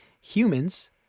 Humans